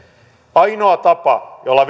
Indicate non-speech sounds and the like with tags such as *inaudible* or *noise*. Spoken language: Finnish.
ainoa tapa jolla *unintelligible*